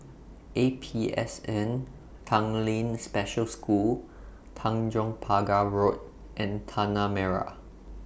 A P S N Tanglin Special School Tanjong Pagar Road and Tanah Merah